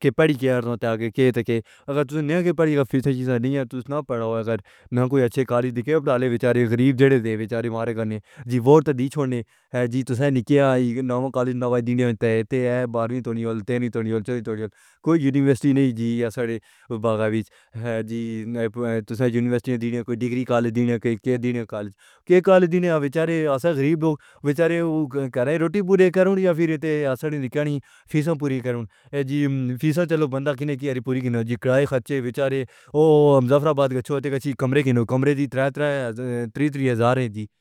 کی پڑھی کے آرتوں تے آگے کے تے کے اگر تسنہ نہیں کہہ پڑھی گا فیس چیسی نہیں ہیں تسنہ نہ پڑھو اگر نہ کوئی اچھے کالج دکھائیں اُتالے بیچارے غریب جہڑے تے بیچارے مارے کرنے جی ووٹ دیچ ہونے ہیں جی تسنہ نہیں کہہ آئیے ہم کالج نہیں دیں تے بارہویں تو نہیں اول تینویں توڑی جائے۔ کوئی یونیورسٹی نہیں جی اساڑے باغاں وچ ہے جی یونیورسٹی دی ڈگری کالج ڈگری کالج کالج تھا ریاسہ غریب بچہ ہے وہ کراے روٹی پوری کرن یا پھر تے اسڈنی فیسوں پوری کرن جی چلو بندا کینے کی پوری کنا کرایہ خرچے میچارے او بادگچوں تے کچھ کمرے کنوں کمرے جی تھرا تھرا تھری تھری ہزار ہیں جی